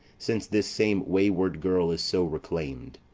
since this same wayward girl is so reclaim'd.